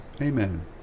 Amen